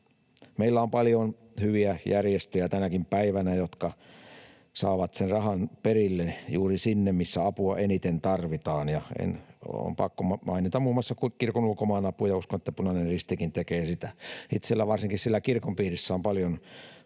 Meillä on paljon hyviä järjestöjä tänäkin päivänä, jotka saavat sen rahan perille juuri sinne, missä apua eniten tarvitaan, ja on pakko mainita muun muassa Kirkon Ulkomaanapu, ja uskon, että Punainen Ristikin tekee sitä. Itselläni varsinkin siellä kirkon piirissä on paljon